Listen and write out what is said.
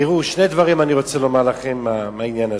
תראו, שני דברים אני רוצה לומר לכם בעניין הזה.